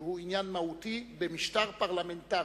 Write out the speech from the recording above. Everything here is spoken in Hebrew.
שהוא עניין מהותי במשטר פרלמנטרי,